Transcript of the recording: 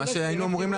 גם כמדינה,